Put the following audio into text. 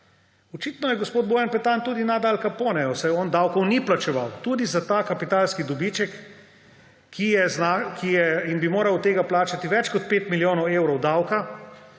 Očitno je gospod Bojan Petan tudi nad Al Caponejem, saj on davkov ni plačeval tudi za ta kapitalski dobiček, od katerega bi moral plačati več kot 5 milijonov evrov davka